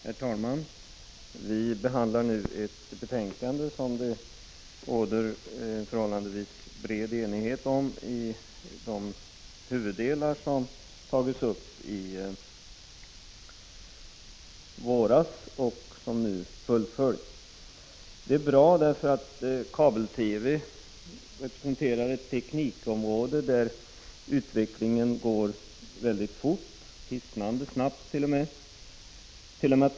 Herr talman! Vi behandlar nu ett betänkande som det råder förhållandevis bred enighet om i de huvuddelar som tagits upp i våras och som nu fullföljs. Det är bra, eftersom kabel-TV representerar ett teknikområde där utvecklingen går mycket fort, t.o.m. hissnande snabbt.